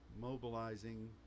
mobilizing